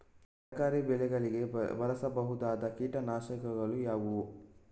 ತರಕಾರಿ ಬೆಳೆಗಳಿಗೆ ಬಳಸಬಹುದಾದ ಕೀಟನಾಶಕಗಳು ಯಾವುವು?